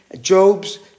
Job's